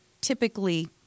Typically